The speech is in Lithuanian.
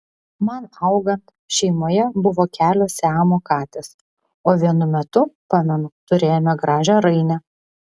man augant šeimoje buvo kelios siamo katės o vienu metu pamenu turėjome gražią rainę